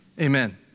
Amen